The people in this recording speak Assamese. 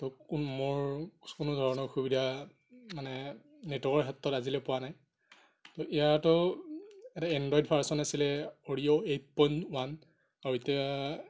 ত' কোনো মোৰ কোনো ধৰণৰ অসুবিধা মানে নেটৱৰ্কৰ ক্ষেত্ৰত আজিলৈ পোৱা নাই ইয়াতো এটা এণ্ড্ৰইদ ভাৰ্চন আছিলে অ'ৰিও এইট পইণ্ট ৱান আৰু এতিয়া